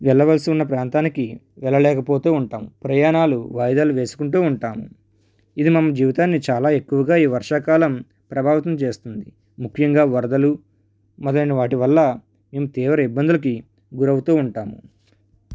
వెళ్ళవలసి ఉన్న ప్రాంతానికి వెళ్ళలేకపోతూ ఉంటాం ప్రయాణాలు వాయిదాలు వేసుకుంటూ ఉంటాము ఇది మన జీవితాన్ని చాలా ఎక్కువుగా ఈ వర్షాకాలం ప్రభావితం చేస్తుంది ముఖ్యంగా వరదలు మొదలైన వాటి వల్ల మేము తీవ్ర ఇబ్బందికి గురి అవుతూ ఉంటాము